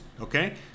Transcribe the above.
Okay